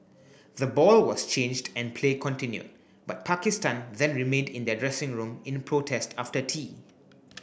the ball was changed and play continued but Pakistan then remained in their dressing room in protest after tea